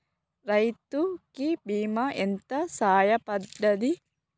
రైతు కి బీమా ఎంత సాయపడ్తది?